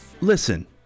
listen